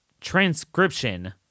transcription